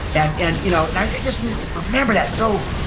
and and you know and i just remember that. so,